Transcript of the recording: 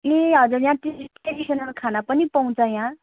ए हजुर यहाँ ट्रेडि ट्रेडिसनल खाना पनि पाउँछ यहाँ